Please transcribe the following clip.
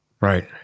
Right